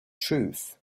truth